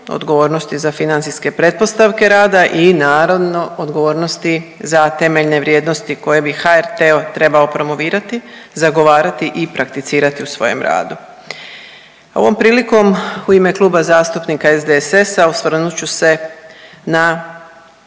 odgovornosti za financijske pretpostavke rada i naravno, odgovornosti za temeljne vrijednosti koje bi HRT trebao promovirati, zagovarati i prakticirati u svojem radu. Ovom prilikom u Kluba zastupnika SDSS-a osvrnut ću se na